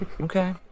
Okay